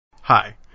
Hi